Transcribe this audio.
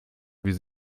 wie